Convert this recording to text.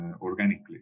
organically